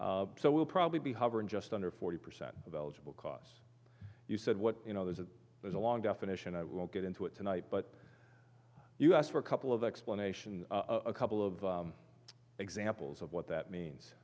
points so we'll probably be hovering just under forty percent of eligible costs you said what you know there's a there's a long definition i won't get into it tonight but you asked for a couple of explanations a couple of examples of what that means